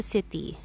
City